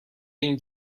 این